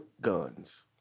guns